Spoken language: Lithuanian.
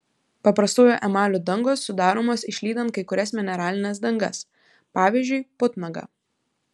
paprastųjų emalių dangos sudaromos išlydant kai kurias mineralines dangas pavyzdžiui putnagą